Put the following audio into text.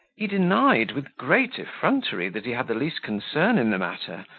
he denied, with great effrontery, that he had the least concern in the matter,